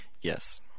Yes